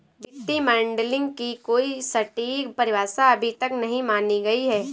वित्तीय मॉडलिंग की कोई सटीक परिभाषा अभी तक नहीं मानी गयी है